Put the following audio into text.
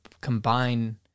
combine